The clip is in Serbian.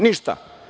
Ništa.